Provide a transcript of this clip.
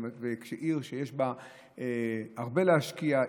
זו עיר שיש בה הרבה להשקיע,